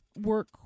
work